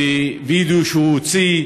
בווידיאו שהוא הוציא,